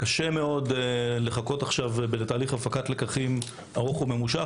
קשה מאוד לחכות בתהליך הפקת לקחים ארוך וממושך.